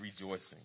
rejoicing